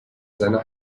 seiner